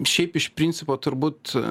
šiaip iš principo turbūt